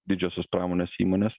didžiosios pramonės įmonės